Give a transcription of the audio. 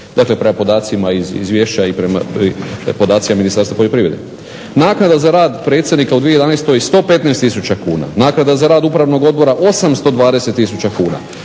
dakle prema podacima iz izvješća i podacima Ministarstva poljoprivrede. Naknada za rad predsjednika u 2011. 115 tisuća kuna, naknada za rad upravnog odbora 820 tisuća